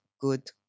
good